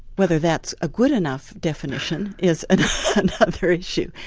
whether that's a good enough definition is another issue,